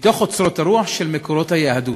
מתוך אוצרות הרוח של מקורות היהדות,